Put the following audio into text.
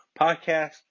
Podcast